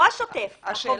אבל לא השוטף, החובות.